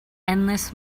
endless